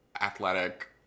athletic